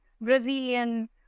Brazilian